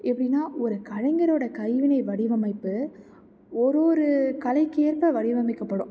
எப்படின்னா ஒரு கலைஞரோடய கைவினை வடிவமைப்பு ஒரு ஒரு கலைக்கு ஏற்ப வடிவமைக்கப்படும்